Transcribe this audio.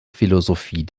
philosophie